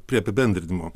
prie apibendrinimo